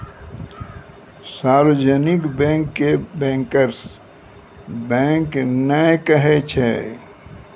सार्जवनिक bank के bankers bank नै कहै छै